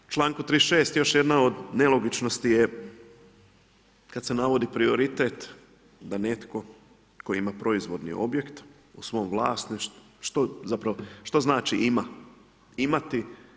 U članku 36. još jedna od nelogičnosti je kad se navodi prioritet da netko tko ima proizvodni objekt u svom vlasništvu, zapravo što znači ima, imati.